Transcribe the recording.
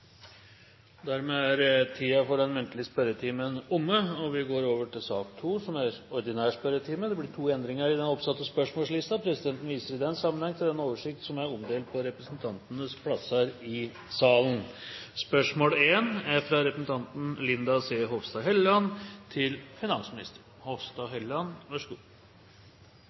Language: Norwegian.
Den muntlige spørretimen er omme. Det blir to endringer i den oppsatte spørsmålslisten, og presidenten viser i den sammenheng til den oversikten som er omdelt på representantenes plasser i salen. De foreslåtte endringene i dagens spørretime foreslås godkjent. – Det anses vedtatt. Endringene var som følger: Spørsmål 2, fra representanten